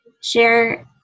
share